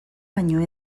baino